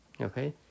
Okay